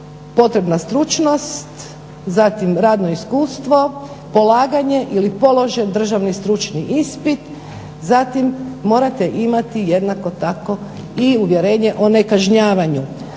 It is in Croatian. potrebna stručnost, zatim radno iskustvo, polaganje ili položen državni stručni ispit. Zatim morate imati jednako tako i uvjerenje o nekažnjavanju.